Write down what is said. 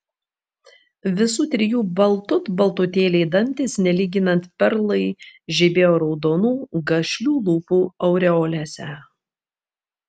visų trijų baltut baltutėliai dantys nelyginant perlai žibėjo raudonų gašlių lūpų aureolėse